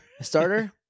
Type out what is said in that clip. Starter